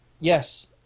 Yes